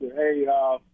Hey